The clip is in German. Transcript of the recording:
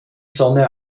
sonne